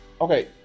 okay